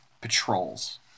patrols